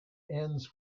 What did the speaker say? ends